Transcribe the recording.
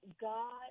God